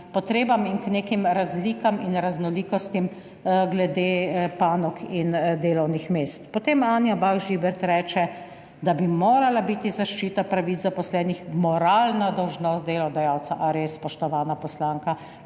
in k nekim razlikam in raznolikostim glede panog in delovnih mest. Potem Anja Bah Žibert reče, da bi morala biti zaščita pravic zaposlenih moralna dolžnost delodajalca. A res, spoštovana poslanka?